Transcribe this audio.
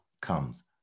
comes